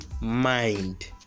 mind